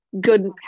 good